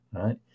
right